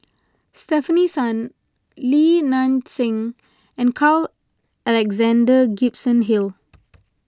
Stefanie Sun Li Nanxing and Carl Alexander Gibson Hill